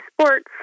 sports